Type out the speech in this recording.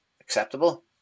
acceptable